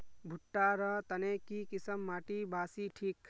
भुट्टा र तने की किसम माटी बासी ठिक?